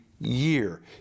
year